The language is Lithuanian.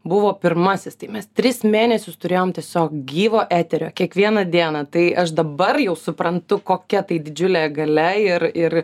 buvo pirmasis tai mes tris mėnesius turėjom tiesiog gyvo eterio kiekvieną dieną tai aš dabar jau suprantu kokia tai didžiulė galia ir ir